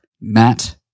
Matt